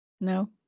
No